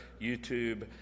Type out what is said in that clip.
YouTube